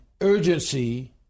urgency